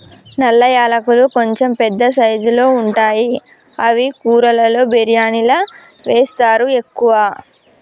నల్ల యాలకులు కొంచెం పెద్ద సైజుల్లో ఉంటాయి అవి కూరలలో బిర్యానిలా వేస్తరు ఎక్కువ